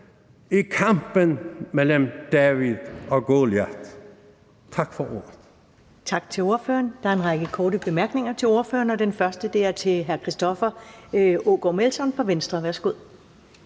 i kampen mellem David og Goliat. Tak for ordet.